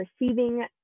receiving